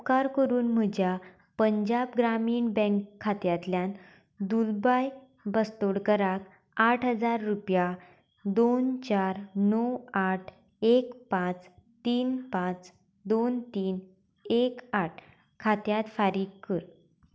उपकार करून म्हज्या पंजाब ग्रामीण बँक खात्यांतल्यान दुलबाय बस्तोडकाराक आठ हजार रुपया दोन चार णव आठ एक पांच तीन पांच दोन तीन एक आठ खात्यांत फारीक कर